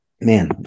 Man